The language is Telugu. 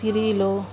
సిరీలు